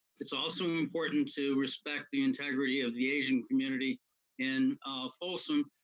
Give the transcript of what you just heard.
it's also important to respect the integrity of the asian community in folsom,